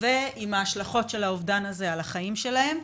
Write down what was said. ועם ההשלכות של האובדן הזה על החיים שלהם.